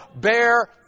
bear